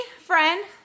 friend